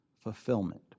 fulfillment